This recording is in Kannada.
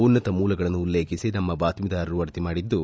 ಉನ್ನತ ಮೂಲಗಳನ್ನು ಉಲ್ಲೇಖಿಸಿ ನಮ್ಮ ಬಾತ್ಮೀದಾರರು ವರದಿ ಮಾಡಿದ್ದು